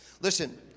Listen